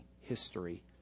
history